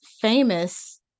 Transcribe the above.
famous